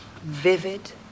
vivid